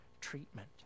treatment